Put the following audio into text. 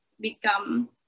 become